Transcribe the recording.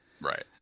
Right